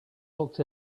looked